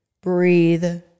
breathe